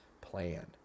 plan